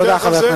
תודה רבה,